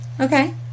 Okay